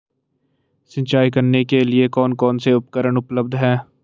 सिंचाई करने के लिए कौन कौन से उपकरण उपलब्ध हैं?